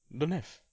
don't have